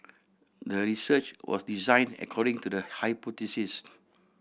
the research was designed according to the hypothesis